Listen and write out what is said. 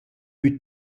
plü